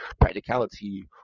practicality